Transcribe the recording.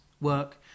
work